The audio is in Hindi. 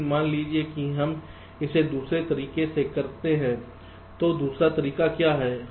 लेकिन मान लीजिए कि हम इसे दूसरे तरीके से करते हैं तो दूसरा तरीका क्या है